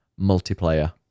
multiplayer